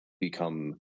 become